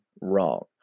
wrong